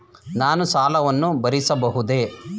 ನಾನು ಸಾಲವನ್ನು ಭರಿಸಬಹುದೇ?